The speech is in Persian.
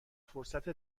فرصت